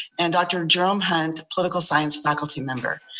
and dr. jerome hunt, political science faculty member.